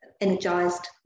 energized